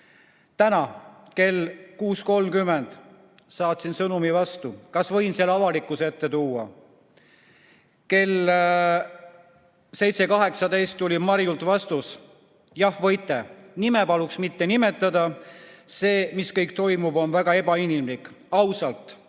Täna kell 6.30 saatsin talle sõnumi vastu: "Kas võin selle avalikkuse ette tuua?" Kell 7.18 tuli Marjult vastus: "Jah, võite, aga nime paluks mitte nimetada. See, mis toimub, on väga ebainimlik, ausalt.